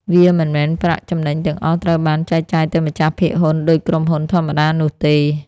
វាមិនមែនប្រាក់ចំណេញទាំងអស់ត្រូវបានចែកចាយទៅម្ចាស់ភាគហ៊ុនដូចក្រុមហ៊ុនធម្មតានោះទេ។